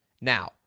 Now